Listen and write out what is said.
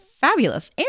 fabulous